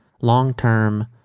long-term